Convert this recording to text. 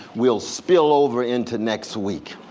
we'll spill over into next week.